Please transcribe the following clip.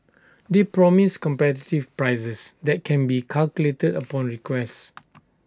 they promise competitive prices that can be calculated upon request